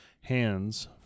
hands